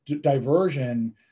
diversion